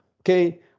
okay